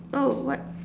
oh what